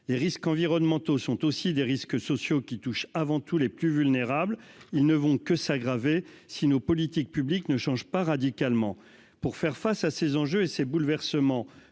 les risques environnementaux sont aussi des risques sociaux qui touche avant tout les plus vulnérables, ils ne vont que s'aggraver si nos politiques publiques ne change pas radicalement pour faire face à ces enjeux et ses bouleversements,